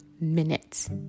minutes